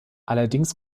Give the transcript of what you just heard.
allerdings